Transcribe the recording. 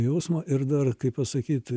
jausmą ir dar kaip pasakyt